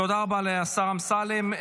תודה רבה לשר אמסלם.